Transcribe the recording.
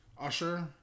Usher